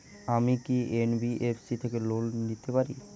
আমি কি এন.বি.এফ.সি থেকে লোন নিতে পারি?